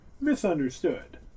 misunderstood